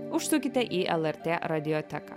užsukite į lrt radioteką